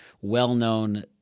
well-known